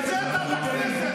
אתה צבוע.